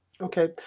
Okay